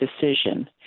decision